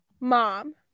mom